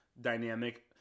dynamic